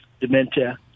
dementia